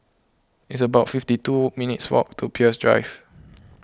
it's about fifty two minutes' walk to Peirce Drive